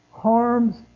Harms